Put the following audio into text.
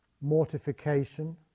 mortification